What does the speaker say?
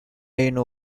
ainu